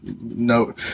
no